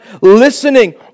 listening